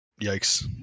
Yikes